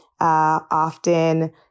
often